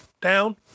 down